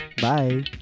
Bye